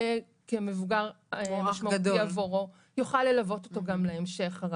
יהיה כמבוגר משמעותי עבורו ויוכל ללוות אותו גם להמשך.